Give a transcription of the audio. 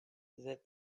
that